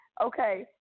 okay